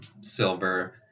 Silver